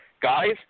guys